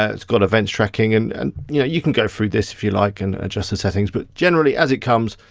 ah it's got events tracking and and yeah you can go through this if you like and adjust the settings, but generally, as it comes,